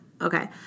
Okay